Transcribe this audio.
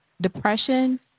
depression